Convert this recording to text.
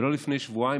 ולא לפני שבועיים.